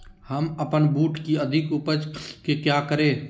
हम अपन बूट की अधिक उपज के क्या करे?